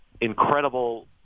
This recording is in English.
incredible